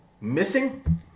missing